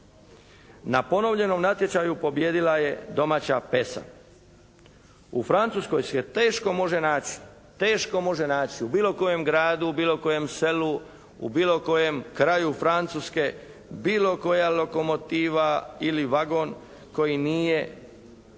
Na ponovljenom natječaju pobijedila je domaća «Pesa». U Francuskoj se je teško može naći, teško može naći u bilo kojem gradu, u bilo kojem selu, u bilo kojem kraju Francuska bilo koja lokomotiva ili vagon koji nije